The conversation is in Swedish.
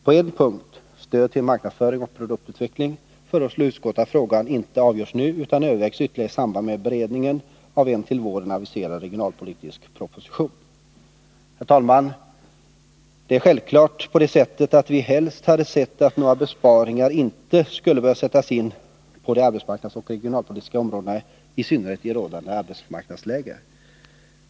På en punkt, stöd till marknadsföring och produktutveckling, föreslår utskottet att frågan inte skall avgöras nu utan övervägas ytterligare i samband med beredningen av en till våren aviserad regionalpolitisk proposition. Herr talman! Det är självfallet på det sättet att vi helst hade sett att några besparingar inte skulle behöva sättas in på de arbetsmarknadspolitiska och regionalpolitiska områdena, i synnerhet i rådande arbetsmarknadsläge.